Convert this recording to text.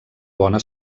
bona